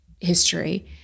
history